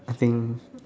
I think